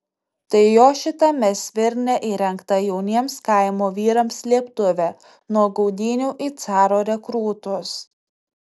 tai jo šitame svirne įrengta jauniems kaimo vyrams slėptuvė nuo gaudynių į caro rekrūtus